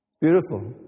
Beautiful